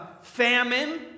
famine